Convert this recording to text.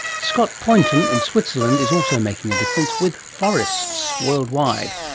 scott poynton in switzerland is also making a difference with forests, worldwide.